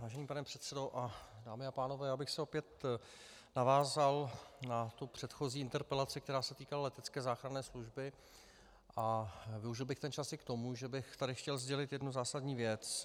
Vážený pane předsedo, dámy a pánové, já bych se opět navázal na tu předchozí interpelaci, která se týkala letecké záchranné služby, a využil bych čas i k tomu, že bych tady chtěl sdělit jednu zásadní věc.